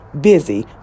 busy